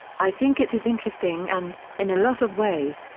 i think it is interesting and, in a lot of ways,